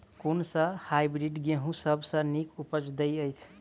कुन सँ हायब्रिडस गेंहूँ सब सँ नीक उपज देय अछि?